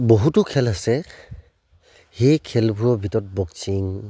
বহুতো খেল আছে সেই খেলবোৰৰ ভিতৰত বক্সিং